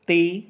ਤੇ